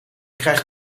krijg